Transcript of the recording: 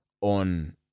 on